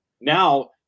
now